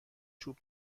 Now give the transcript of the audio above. چوب